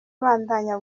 abandanya